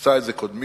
עשה את זה קודמי,